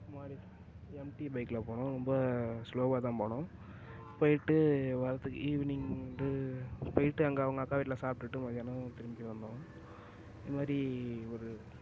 மாதிரி எம்டி பைக்கில் போனோம் ரொம்ப ஸ்லோவாக தான் போனோம் போய்விட்டு வரதுக்கு ஈவினிங் டூ போய்விட்டு அவங்க அக்கா வீட்டில் சாப்ட்டுவிட்டு மத்தியானம் திரும்பி வந்தோம் இது மாதிரி ஒரு